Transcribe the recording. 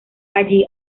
allí